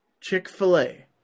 Chick-fil-A